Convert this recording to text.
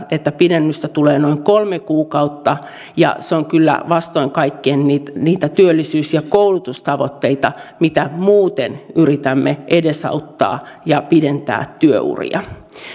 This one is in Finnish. että pidennystä tulee noin kolme kuukautta ja se on kyllä vastoin kaikkia niitä työllisyys ja koulutustavoitteita mitä muuten yritämme edesauttaa ja pidentää työuria